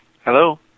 Hello